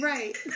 Right